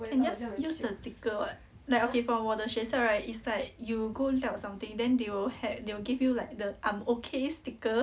can just use the sticker what okay for 我的学校 right it's like you go inside or something then they will have they will give you like the I'm ok sticker